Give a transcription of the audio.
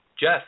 Jeff